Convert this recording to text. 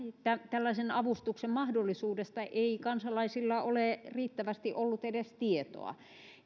tällaisen avustuksen mahdollisuudesta ei kansalaisilla ole riittävästi ollut edes tietoa